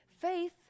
Faith